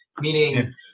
meaning